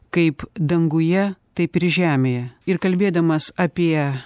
kaip danguje taip ir žemėje ir kalbėdamas apie